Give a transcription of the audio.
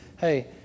Hey